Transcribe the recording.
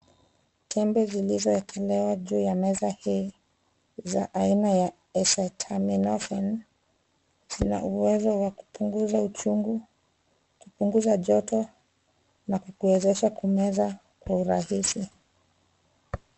Tembe zilizoekelewa juu ya meza hii za aina ya esataminophen zina uwezo wa kupunguza uchungu, kupunguza joto na kukuwezesha kumeza kwa urahisi.